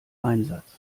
einsatz